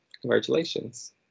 Congratulations